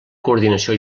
coordinació